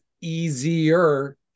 easier